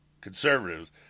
conservatives